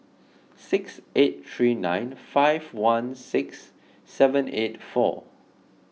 six eight three nine five one six seven eight four